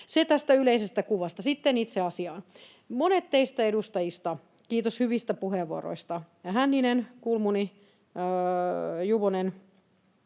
Se tästä yleisestä kuvasta. Sitten itse asiaan. Monet teistä edustajista — kiitos hyvistä puheenvuoroista — Hänninen, Kulmuni, Juvonen,